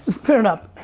fair enough.